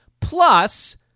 plus